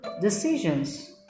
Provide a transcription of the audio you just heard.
Decisions